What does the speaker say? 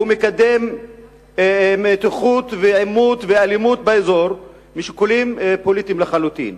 הוא מקדם מתיחות ועימות ואלימות באזור משיקולים פוליטיים לחלוטין.